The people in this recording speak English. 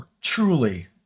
truly